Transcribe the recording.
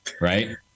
right